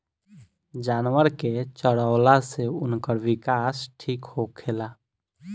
जानवर के चरवला से उनकर विकास ठीक होखेला